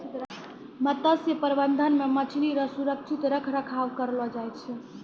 मत्स्य प्रबंधन मे मछली रो सुरक्षित रख रखाव करलो जाय छै